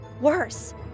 worse